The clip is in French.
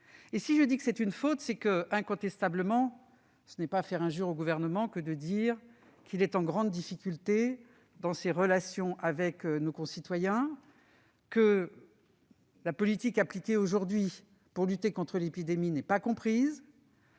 l'état d'urgence et définir ses modalités. Ce n'est pas faire injure au Gouvernement que de dire qu'il est en grande difficulté dans ses relations avec nos concitoyens ; que la politique appliquée aujourd'hui pour lutter contre l'épidémie n'est pas comprise,